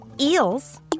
eels